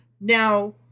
Now